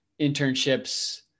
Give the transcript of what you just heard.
internships